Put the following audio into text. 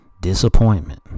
Disappointment